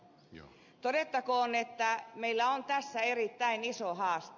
todettakoon että meillä on tässä erittäin iso haaste